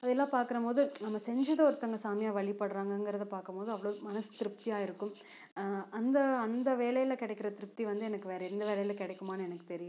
அதையெல்லாம் பார்க்குறாம் போது நாங்கள் செஞ்சது ஒரு சாமியாக வச்சு வழிபடுகிறாங்க அப்படின்றத பார்க்கும் போது மனசு திருப்த்தியாக இருக்கும் அந்த அந்த வேலையில் கிடைக்கிற திருப்த்தி வந்து எனக்கு எந்த வேலையில் கிடைக்குமானு எனக்கு தெரியலை